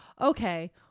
Okay